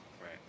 Right